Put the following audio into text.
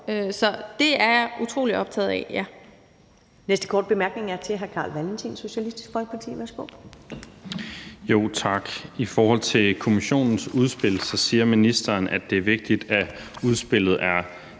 ja, det er jeg utrolig optaget af.